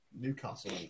Newcastle